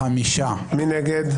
מי נגד?